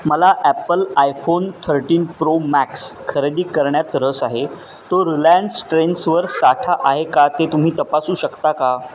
मला Apple iPhone thirteen Pro Max खरेदी करण्यात रस आहे तो रिलायन्स ट्रेंड्सवर साठा आहे का ते तुम्ही तपासू शकता का